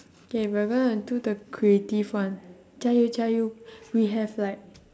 K we are gonna do the creative one jiayou jiayou we have like